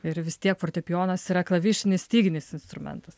ir vis tiek fortepijonas yra klavišinis styginis instrumentas